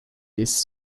these